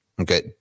Okay